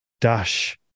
dash